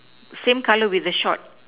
same color with the shorts